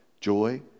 joy